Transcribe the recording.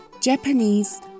Japanese